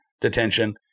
detention